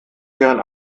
wären